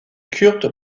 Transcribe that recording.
kurt